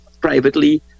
privately